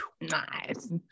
nice